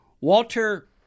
Walter